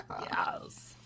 Yes